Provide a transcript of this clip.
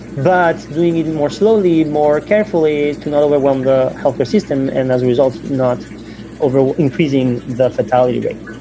but doing it more slowly, more carefully to not over um the health care system. and as a result, not overall increasing the fatality rate.